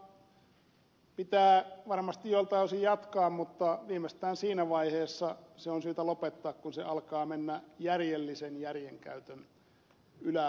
tuottavuusohjelmaa pitää varmasti joiltain osin jatkaa mutta viimeistään siinä vaiheessa se on syytä lopettaa kun se alkaa mennä järjellisen järjenkäytön ylä ulko tai aivan jollekin muulle puolelle